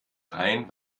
rein